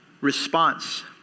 response